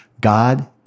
God